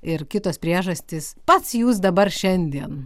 ir kitos priežastys pats jūs dabar šiandien